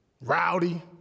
rowdy